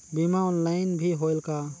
बीमा ऑनलाइन भी होयल का?